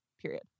period